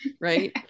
right